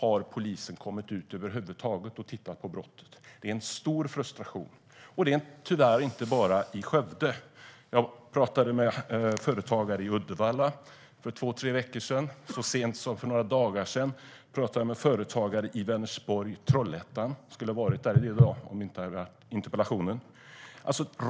Frustrationen är stor, och tyvärr inte bara i Skövde. Jag talade med företagare i Uddevalla för två tre veckor sedan. Så sent som för några dagar sedan talade jag med företagare i Vänersborg och Trollhättan. Jag skulle ha varit där i dag om vi inte hade haft den här interpellationsdebatten.